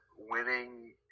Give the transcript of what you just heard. Winning